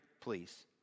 please